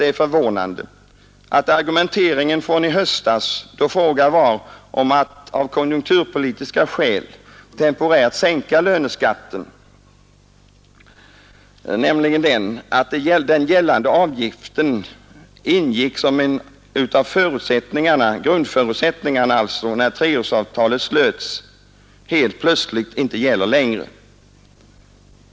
Det är förvånande att argumenteringen från i höstas, då fråga var om att av konjunkturpolitiska skäl temporärt sänka löneskatten — nämligen att den gällande avgiften ingick som en av grundförutsättningarna när treårsavtalet slöts — helt plötsligt inte längre gäller.